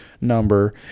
number